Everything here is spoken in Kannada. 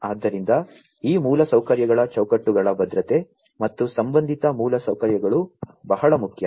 ಆದ್ದರಿಂದ ಈ ಮೂಲಸೌಕರ್ಯಗಳ ಚೌಕಟ್ಟುಗಳ ಭದ್ರತೆ ಮತ್ತು ಸಂಬಂಧಿತ ಮೂಲಸೌಕರ್ಯಗಳು ಬಹಳ ಮುಖ್ಯ